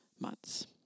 months